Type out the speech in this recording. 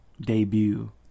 debut